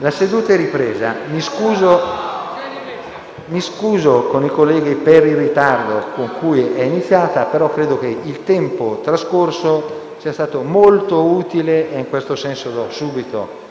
La seduta è ripresa. Mi scuso con i colleghi per il ritardo con cui è reiniziata la seduta, però credo che il tempo trascorso sia stato molto utile e si sia fatto